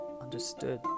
understood